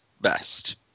best